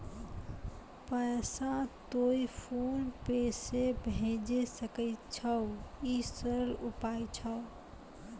पैसा तोय PhonePe से भैजै सकै छौ? ई सरल उपाय छै?